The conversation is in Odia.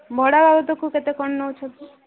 ଭଡ଼ା ବାବଦକୁ କ'ଣ କେତେ ନେଉଛନ୍ତି